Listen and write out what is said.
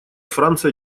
франция